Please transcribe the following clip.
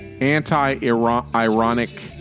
anti-ironic